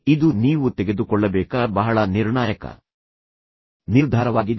ಇದು ನೀವು ತೆಗೆದುಕೊಳ್ಳಬೇಕಾದ ಬಹಳ ನಿರ್ಣಾಯಕ ನಿರ್ಧಾರವಾಗಿದೆ